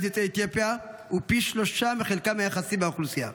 יוצאי אתיופיה הוא פי שלושה מחלקם היחסי באוכלוסייה.